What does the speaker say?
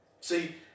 See